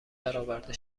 برآورده